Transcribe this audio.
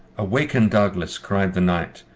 awaken, douglas! cried the knight,